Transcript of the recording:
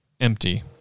empty